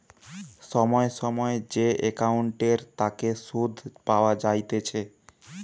সময় সময় যে একাউন্টের তাকে সুধ পাওয়া যাইতেছে